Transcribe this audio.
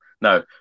no